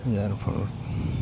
ইয়াৰ ফলত